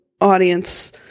audience